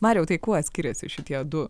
mariau tai kuo skiriasi šitie du